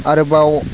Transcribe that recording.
आरोबाव